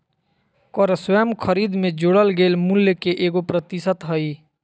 कर स्वयं खरीद में जोड़ल गेल मूल्य के एगो प्रतिशत हइ